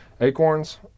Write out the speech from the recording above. acorns